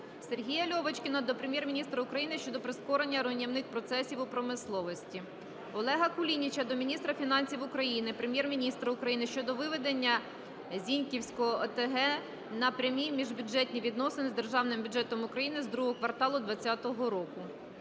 Сергія Льовочкіна до Прем'єр-міністра України щодо прискорення руйнівних процесів у промисловості. Олега Кулініча до міністра фінансів України, Прем'єр-міністра України щодо виведення Зіньківської ОТГ на прямі міжбюджетні відносини з Державним бюджетом України з ІІ кварталу 2020 року.